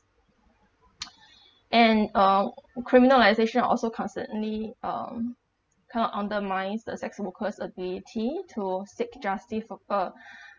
and uh criminalisation also constantly um kind of undermine the sex workers' ability to seek justice proper